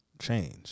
Change